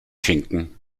schinken